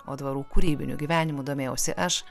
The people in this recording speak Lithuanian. o dvarų kūrybiniu gyvenimu domėjausi aš